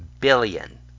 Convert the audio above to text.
billion